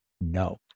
No